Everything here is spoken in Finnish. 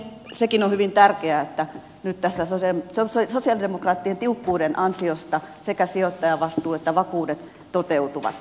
sekin on hyvin tärkeää että nyt tässä sosialidemokraattien tiukkuuden ansiosta sekä sijoittajavastuu että vakuudet toteutuvat